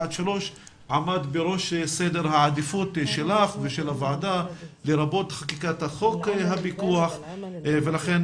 עמד בראש סדר העדיפות שלך ושל הוועדה לרבות חקיקת חוק הפיקוח ולכן